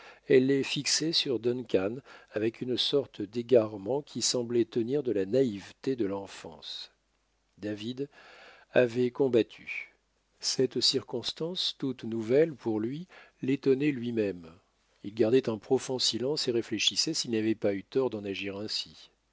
les fixait sur duncan avec une sorte d'égarement qui semblait tenir de la naïveté de l'enfance david avait combattu cette circonstance toute nouvelle pour lui l'étonnait lui-même il gardait un profond silence et réfléchissait s'il n'avait pas eu tort d'en agir ainsi